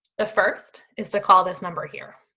the first, is to call this number here.